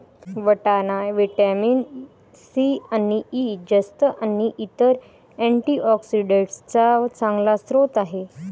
वाटाणा vitamin C आणि E, जस्त आणि इतर अँटीऑक्सिडेंट्सचा चांगला स्रोत आहे